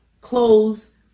clothes